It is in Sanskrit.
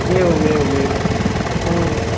एवम् एवम् एवं ह्म्